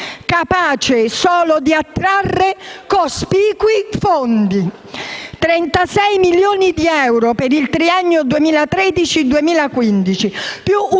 capace solo di attrarre cospicui fondi: 36 milioni di euro per il triennio 2013-2015, più